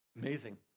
amazing